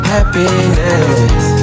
Happiness